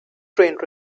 trained